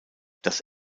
das